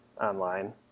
online